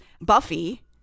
Buffy